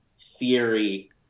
theory